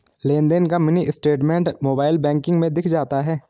लेनदेन का mini statement mobile banking में दिख जाता है